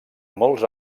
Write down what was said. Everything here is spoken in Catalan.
molts